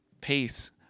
peace